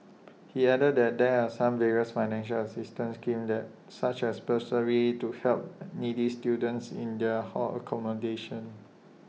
he added that there are some various financial assistance schemes that such as bursaries to help needy students in their hall accommodation